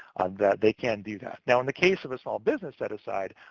that they can do that. now in the case of a small business set-aside,